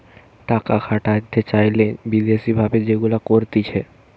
টাকা খাটাতে চাইলে বিদেশি ভাবে যেগুলা করতিছে